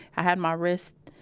i had my wrist,